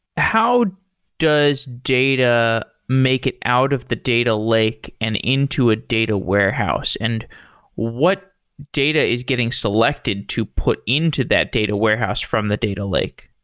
how does data make it out of the data lake and into a data warehouse and what data is getting selected to put into that data warehouse from the data lake?